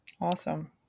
Awesome